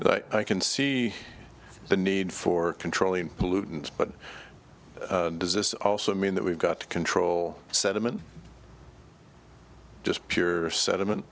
but i can see the need for controlling pollutants but does this also mean that we've got to control sediment just pure sediment